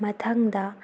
ꯃꯊꯪꯗ